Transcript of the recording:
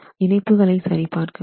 இணைப்புகளை சரி பார்க்க வேண்டும்